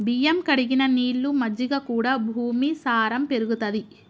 బియ్యం కడిగిన నీళ్లు, మజ్జిగ కూడా భూమి సారం పెరుగుతది